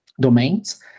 domains